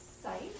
site